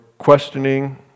questioning